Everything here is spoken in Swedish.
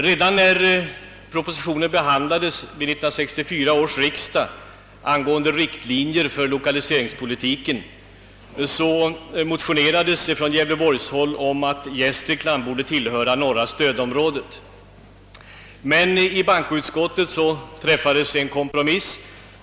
Redan när propositionen angående riktlinjer för 1okaliseringspolitiken behandlades i 1964 års riksdag motionerades från gävleborgshåll om att Gästrikland borde tillhöra norra stödområdet, men i bankoutskottet gjordes en kompromiss.